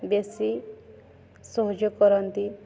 ବେଶୀ ସହଯୋଗ କରନ୍ତି